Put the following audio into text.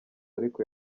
ariko